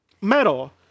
metal